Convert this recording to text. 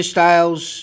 Styles